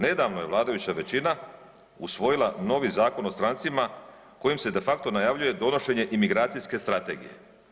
Nedavno je vladajuća većina usvojila novi Zakon o strancima kojim se de facto najavljuje donošenje imigracijske strategije.